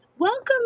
Welcome